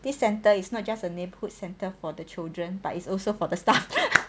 this centre is not just a neighbourhood centre for the children but it's also for the stuff